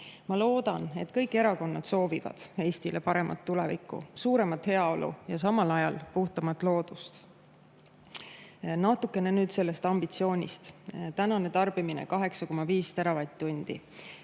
Ma loodan, et kõik erakonnad soovivad Eestile paremat tulevikku, suuremat heaolu ja samal ajal puhtamat loodust. Natukene sellest ambitsioonist. Praegune tarbimine on 8,5 teravatt-tundi.